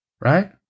right